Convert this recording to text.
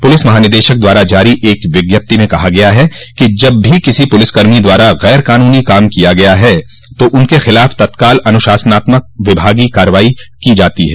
प्रलिस महानिदशक द्वारा जारी एक विज्ञप्ति मे कहा गया है कि जब भी किसी पुलिसकर्मी द्वारा गैरकानूनी काम किया गया है तो उनके खिलाफ तत्काल अनुशासनात्मक विभागीय कार्यवाही की जाती है